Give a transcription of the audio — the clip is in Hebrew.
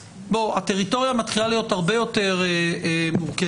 הטריטוריה מתחילה להיות הרבה יותר מורכבת,